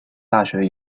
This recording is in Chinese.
大学